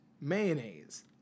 mayonnaise